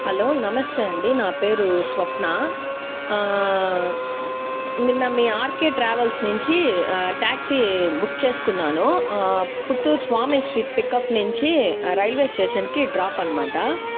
hello namaste అండీ నా పేరు స్వప్న నిన్న మీ ఆర్కే ట్రావెల్స్ నించి ట్యాక్సీ బుక్ చేసుకున్నాను పుత్తూరు స్వామి స్ట్రీట్ పికప్ నుంచి రైల్వే స్టేషన్కి డ్రాప్ అనమాట